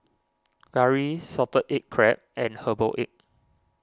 Curry Salted Egg Crab and Herbal Egg